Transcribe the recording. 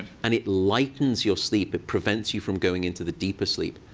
and it lightens your sleep. it prevents you from going into the deeper sleep.